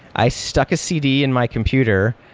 i stuck a cd in my computer,